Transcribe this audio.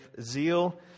Zeal